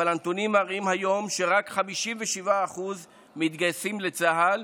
אבל היום הנתונים מראים שרק 57% מתגייסים לצה"ל,